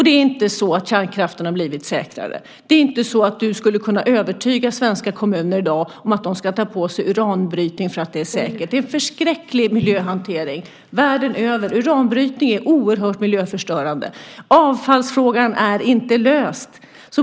Det är inte heller så att kärnkraften har blivit säkrare. Det är inte så att du i dag skulle kunna övertyga svenska kommuner att ta på sig uranbrytning för att det är säkert. Det är en förskräcklig miljöhantering världen över. Utanbrytning är oerhört miljöförstörande, och avfallsfrågan är inte löst.